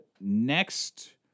next